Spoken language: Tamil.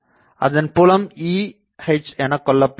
அதன் புலம் EHஎனக்கொள்ளப்படுகிறது